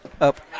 up